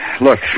Look